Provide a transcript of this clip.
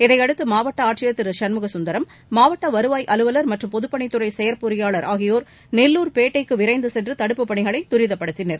இதையடுத்து மாவட்ட ஆட்சியர் திரு சண்முக சுந்தரம் மாவட்ட வருவாய் அலுவலர் மற்றும் பொதுப்பணித்துறை செயற் பொறியாளர் ஆகியோர் நெல்லூர் பேட்டைக்கு விரைந்து சென்று தடுப்புப் பணிகளை தரிதப்படுத்தினர்